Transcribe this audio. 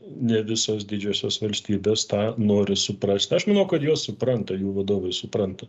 ne visos didžiosios valstybės tą nori suprast aš manau kad juos supranta jų vadovai supranta